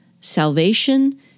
salvation